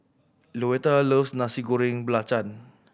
Louetta loves Nasi Goreng Belacan